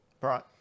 Right